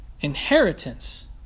inheritance